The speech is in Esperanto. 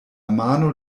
mano